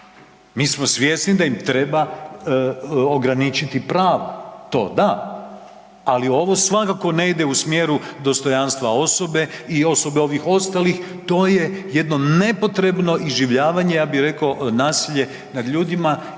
mi smo svjesni da im treba ograničiti pravo, to da, ali ovo svakako ne ide u smjeru dostojanstva osobe i osobe ovih ostalih, to je jedno nepotrebno iživljavanje, ja bi reko nasilje nad ljudima i